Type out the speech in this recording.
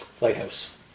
lighthouse